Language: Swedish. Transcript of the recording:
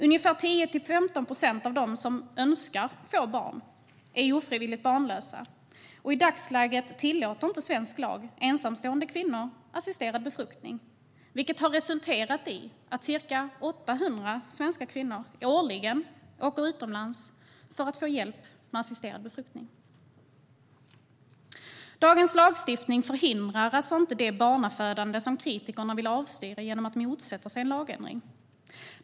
Ungefär 10-15 procent av dem som önskar få barn är ofrivilligt barnlösa. I dagsläget tillåter inte svensk lag ensamstående kvinnor assisterad befruktning, vilket har resulterat i att ca 800 svenska kvinnor årligen åker utomlands för att få hjälp med assisterad befruktning. Dagens lagstiftning förhindrar alltså inte det barnafödande som kritikerna vill avstyra genom att motsätta sig en lagändring.